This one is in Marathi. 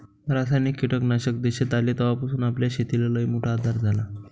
रासायनिक कीटकनाशक देशात आले तवापासून आपल्या शेतीले लईमोठा आधार झाला